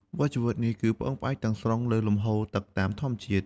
វដ្តជីវិតនេះ គឺពឹងផ្អែកទាំងស្រុងលើលំហូរទឹកតាមធម្មជាតិ។